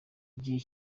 gihe